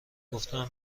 گفتم